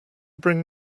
bring